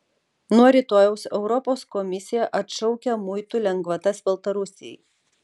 nuo rytojaus europos komisija atšaukia muitų lengvatas baltarusijai